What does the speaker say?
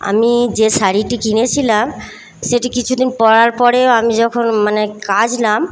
আমি যে শাড়িটি কিনেছিলাম সেটি কিছুদিন পরার পরে আমি যখন মানে কাচলাম